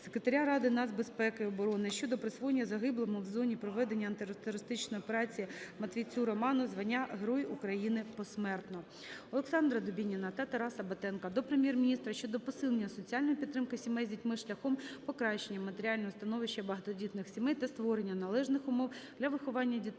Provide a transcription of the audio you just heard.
Секретаря Ради нацбезпеки і оборони щодо присвоєння загиблому в зоні проведення антитерористичної операції Матвійцю Роману Михайловичу звання Героя України посмертно. Олександра Дубініна та Тараса Батенка до Прем'єр-міністра щодо посилення соціальної підтримки сімей з дітьми шляхом покращення матеріального становища багатодітних сімей та створення належних умов для виховання дітей